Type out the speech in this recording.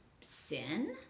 sin